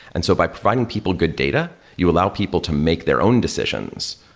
and so by providing people good data, you allow people to make their own decisions,